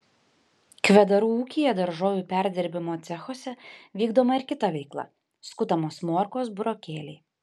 kvedarų ūkyje daržovių perdirbimo cechuose vykdoma ir kita veikla skutamos morkos burokėliai